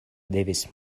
devis